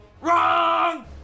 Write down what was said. WRONG